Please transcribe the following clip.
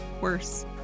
worse